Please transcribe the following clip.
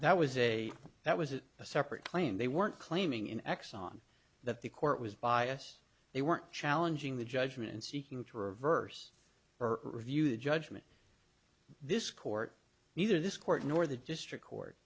that was a that was a separate claim they weren't claiming in exxon that the court was biased they weren't challenging the judgment and seeking to reverse or review the judgment this court neither this court nor the district court